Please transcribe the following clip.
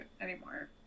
anymore